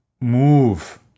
move